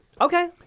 Okay